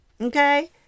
Okay